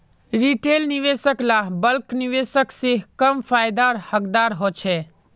retail निवेशक ला bulk निवेशक से कम फायेदार हकदार होछे